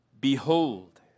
Behold